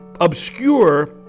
obscure